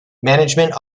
management